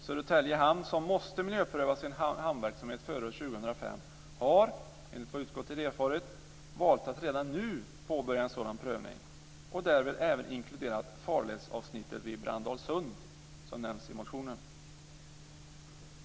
Södertälje hamn, som måste miljöpröva sin hamnverksamhet före 2005 har, enligt vad utskottet erfarit, valt att redan nu påbörja en sådan prövning och därvid även inkluderat farledsavsnittet vid Brandalsund, som nämns i motionen.